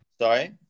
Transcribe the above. Sorry